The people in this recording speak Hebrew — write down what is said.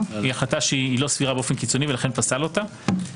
היא החלטה שלא סבירה באופן קיצוני ולכן פסל אותה.